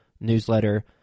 newsletter